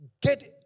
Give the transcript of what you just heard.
Get